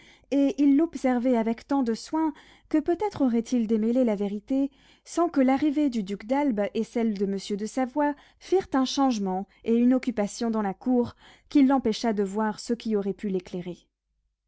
et il l'observait avec tant de soin que peut-être aurait-il démêlé la vérité sans que l'arrivée du duc d'albe et celle de monsieur de savoie firent un changement et une occupation dans la cour qui l'empêcha de voir ce qui aurait pu l'éclairer